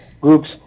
groups